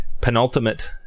penultimate